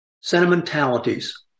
sentimentalities